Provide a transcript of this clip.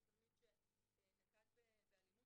של תלמיד שנקט באלימות,